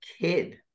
kid